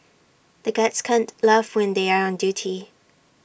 the guards can't laugh when they are on duty